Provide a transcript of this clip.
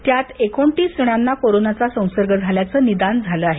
त्यात एकोणतीस जणांना कोरोनाचा संसर्ग झाल्याचं निदान झाल आहे